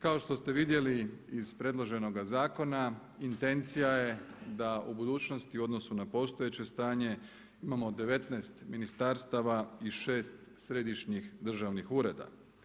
Kao što ste vidjeli iz predloženoga zakona intencija je da u budućnosti u odnosu na postojeće stanje imamo 19 ministarstava i 6 središnjih državnih ureda.